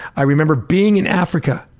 i remember being in africa,